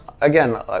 again